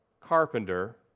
carpenter